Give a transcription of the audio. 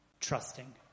trusting